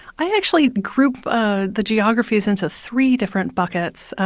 i actually group ah the geographies into three different buckets.